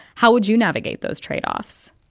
how would you navigate those tradeoffs?